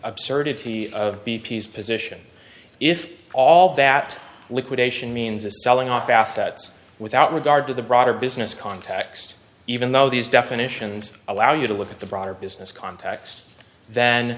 absurdity of b p s position if all that liquidation means is selling off assets without regard to the broader business context even though these definitions allow you to look at the broader business context th